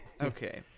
Okay